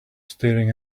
staring